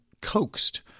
coaxed